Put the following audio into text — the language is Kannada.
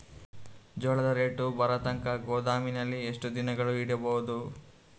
ಜೋಳ ರೇಟು ಬರತಂಕ ಗೋದಾಮಿನಲ್ಲಿ ಎಷ್ಟು ದಿನಗಳು ಯಿಡಬಹುದು?